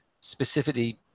specifically